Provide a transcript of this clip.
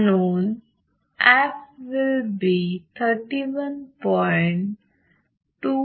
म्हणून f will be 31